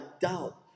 doubt